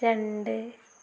രണ്ട്